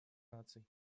наций